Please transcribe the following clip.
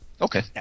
Okay